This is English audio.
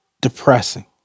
depressing